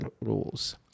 rules